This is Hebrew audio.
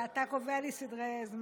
מה, אתה קובע לי סדרי זמן?